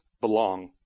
belong